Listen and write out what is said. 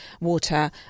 water